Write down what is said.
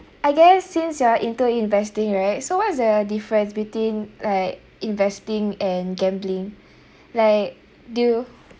I guess since you are into investing right so what is the difference between like investing and gambling like do you